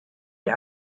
die